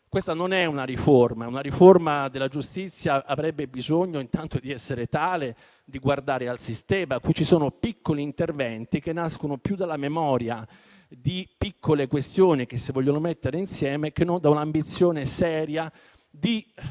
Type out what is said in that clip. questa non è una riforma. Una riforma della giustizia avrebbe bisogno intanto di essere tale e di guardare al sistema; qui ci sono piccoli interventi, che nascono più dalla memoria di piccole questioni che si vogliono mettere insieme che non dall'ambizione seria di